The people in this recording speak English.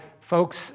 folks